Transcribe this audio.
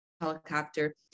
helicopter